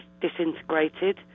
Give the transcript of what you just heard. disintegrated